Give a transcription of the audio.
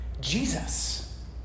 Jesus